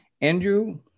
Andrew